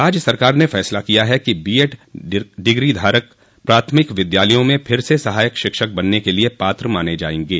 राज्य सरकार ने फैसला किया है कि बीएड डिग्रीधारक प्राथमिक विद्यालयों में फिर से सहायक शिक्षक बनने के लिए पात्र माने जायेंगे